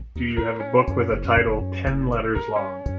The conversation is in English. do you have a book with a title ten letters long?